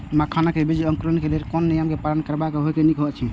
मखानक बीज़ क अंकुरन क लेल कोन नियम क पालन करब निक होयत अछि?